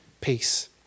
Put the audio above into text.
peace